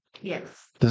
Yes